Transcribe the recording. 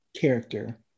character